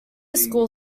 school